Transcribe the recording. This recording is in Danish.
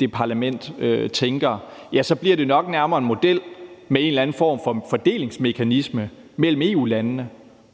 det parlament tænker på – bliver det nok nærmere en model med en eller anden form for fordelingsmekanisme mellem EU-landene.